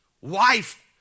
wife